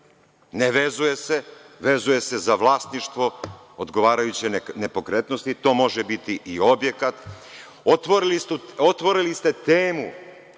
ne vezuje se, vezuje se za vlasništvo, odgovarajuće nepokretnosti. To može biti i objekat. Otvorili ste temu